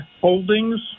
Holdings